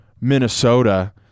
Minnesota